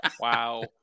Wow